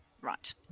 Right